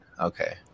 Okay